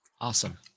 Awesome